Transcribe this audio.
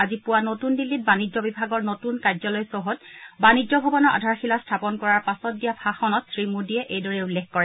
আজি পুৱা নতুন দিল্লীত বাণিজ্য বিভাগৰ নতুন কাৰ্য্যালয় চৌহদ বাণিজ্য ভৱনৰ আধাৰশিলা স্থাপন কৰাৰ পাছত দিয়া ভাষণত শ্ৰীমোদীয়ে এইদৰে উল্লেখ কৰে